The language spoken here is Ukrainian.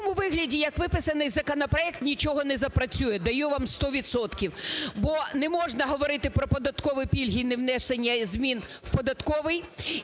В такому вигляді, як виписаний законопроект, нічого не запрацює, даю вам сто відсотків. Бо не можна говорити про податкові пільги і не внесення змін в Податковий.